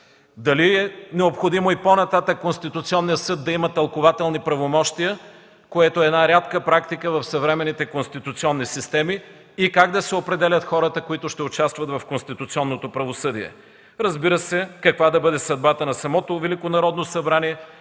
Дали е необходимо и по-нататък Конституционният съд да има тълкувателни правомощия, което е рядка практика в съвременните конституционни системи, и как да се определят хората, които ще участват в конституционното правосъдие? Разбира се, каква да бъде съдбата на самото Велико Народно събрание